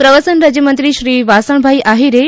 વાસણભાઇ આહીર પ્રવાસન રાજ્યમંત્રી શ્રી વાસણભાઇ આહીરે